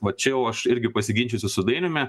va čia jau aš irgi pasiginčysiu su dainiumi